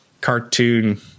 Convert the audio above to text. cartoon